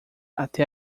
até